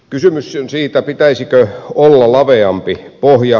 kysymys siitä pitäisikö olla laveampi pohja